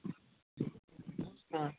अँ